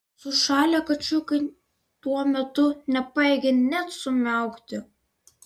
sušalę kačiukai tuo metu nepajėgė net sumiaukti